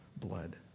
blood